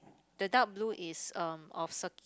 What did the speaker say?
the dark blue is um of circ~